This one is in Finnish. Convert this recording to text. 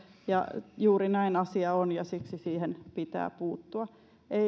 ja juuri näin asia on ja siksi siihen pitää puuttua ei